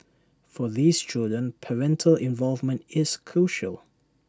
for these children parental involvement is crucial